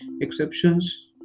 exceptions